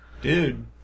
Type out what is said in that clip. dude